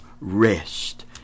rest